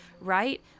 right